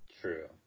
True